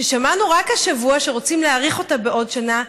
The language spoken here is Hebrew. ששמענו רק השבוע שרוצים להאריך אותה בעוד שנה,